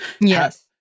yes